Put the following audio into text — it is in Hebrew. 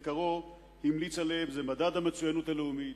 עליהם במחקרו הם מדד המצוינות הלאומית,